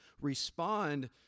respond